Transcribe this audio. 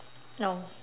no